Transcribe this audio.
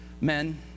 men